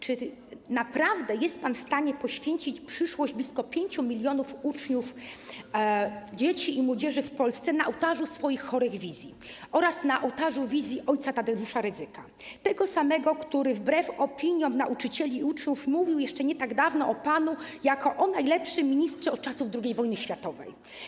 Czy naprawdę jest pan w stanie poświęcić przyszłość blisko 5 mln uczniów, dzieci i młodzieży, w Polsce na ołtarzu swoich chorych wizji oraz na ołtarzu wizji o. Tadeusza Rydzyka, tego samego, który wbrew opiniom nauczycieli i uczniów mówił jeszcze nie tak dawno o panu jako o najlepszym ministrze od czasów II wojny światowej?